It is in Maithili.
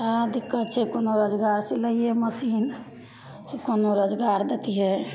बड़ा दिक्कत छै कोनो रोजगार सिलाइए मशीन कोनो रोजगार देतिए